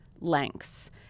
lengths